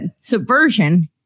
subversion